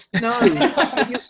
No